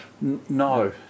No